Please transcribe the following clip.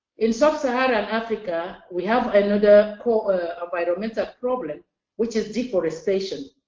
in sub saharan um africa we have another environmental problem which is deforestation,